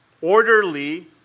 orderly